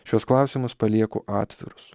šiuos klausimus palieku atvirus